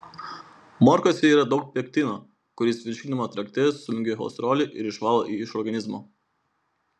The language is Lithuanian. morkose yra daug pektino kuris virškinimo trakte sujungia cholesterolį ir išvalo jį iš organizmo